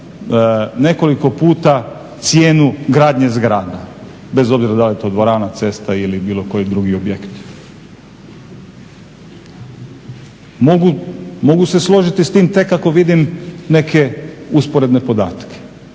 nekoliko puta cijenu gradnje zgrada bez obzira da li je to dvorana, cesta ili bilo koji drugi objekt. Mogu se složiti s tim tek ako vidim neke usporedne podatke.